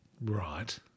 Right